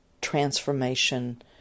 transformation